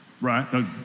Right